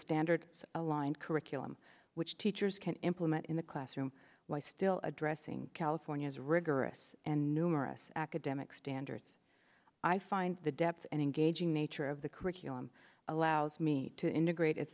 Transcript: standard along and curriculum which teachers can implement in the classroom why still addressing california's rigorous and numerous academic standards i find the depth and engaging nature of the curriculum allows me to integrate it